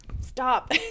stop